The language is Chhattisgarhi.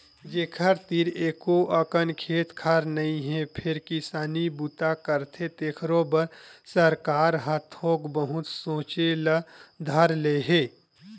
जेखर तीर एको अकन खेत खार नइ हे फेर किसानी बूता करथे तेखरो बर सरकार ह थोक बहुत सोचे ल धर ले हे